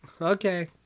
Okay